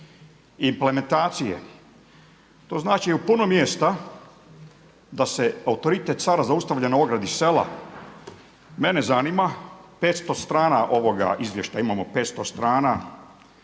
implementacije. To znači u puno mjesta da se autoritet cara zaustavlja na ogradi sela. Mene zanima 500 strana ovoga izvješća imamo 500 strana.